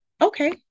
okay